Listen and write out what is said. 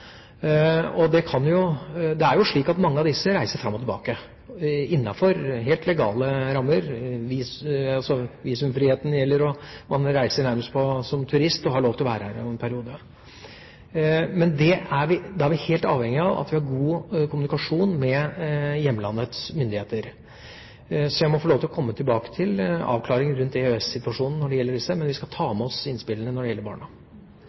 Det er jo slik at mange av disse reiser fram og tilbake innenfor helt legale rammer – visumfriheten gjelder, og de reiser nærmest som turister og har lov til å være her i en periode. Men da er vi helt avhengige av at vi har god kommunikasjon med hjemlandets myndigheter. Jeg må få lov til å komme tilbake til avklaringen rundt EØS-situasjonen når det gjelder disse, men vi skal ta med oss innspillene når det gjelder barna.